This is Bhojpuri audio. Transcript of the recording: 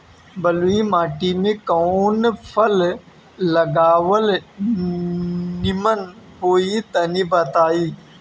बलुई माटी में कउन फल लगावल निमन होई तनि बताई?